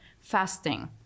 fasting